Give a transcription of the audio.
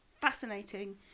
fascinating